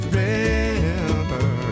river